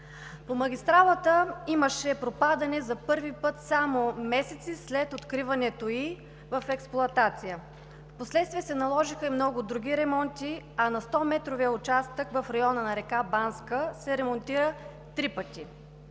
По магистралата имаше пропадане за първи път само месеци след откриването ѝ в експлоатация. Впоследствие се наложиха и много други ремонти, а на 100-метровия участък в района на река Банска се ремонтира три пъти.